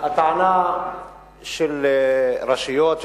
הטענה של הרשויות,